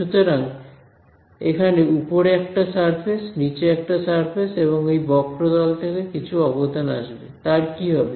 সুতরাং এখানে উপরে একটা সারফেস নিচে একটা সারফেস এবং এই বক্রতল থেকে কিছু অবদান আসবে তার কি হবে